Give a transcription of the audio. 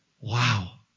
wow